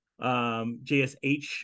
jsh